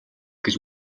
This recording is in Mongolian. гэж